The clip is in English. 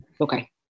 Okay